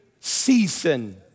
season